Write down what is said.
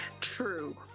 True